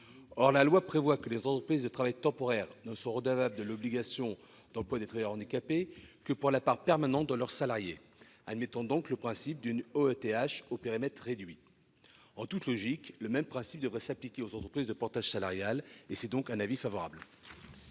Or la loi prévoit que les entreprises de travail temporaire ne sont redevables de l'obligation d'emploi des travailleurs handicapés que pour la part permanente de leurs salariés, admettant donc le principe d'une OETH au périmètre réduit. En toute logique, le même principe devrait s'appliquer aux entreprises de portage salarial. La commission émet donc un avis favorable